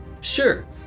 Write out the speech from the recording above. Sure